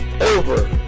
over